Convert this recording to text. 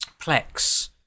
Plex